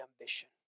ambition